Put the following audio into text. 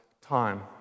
time